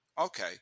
Okay